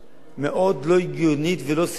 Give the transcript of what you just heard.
מאוד לא הגיונית ולא סבירה,